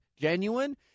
genuine